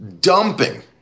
dumping